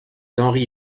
henry